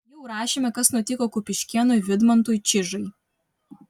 jau rašėme kas nutiko kupiškėnui vidmantui čižai